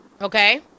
Okay